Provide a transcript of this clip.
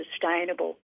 sustainable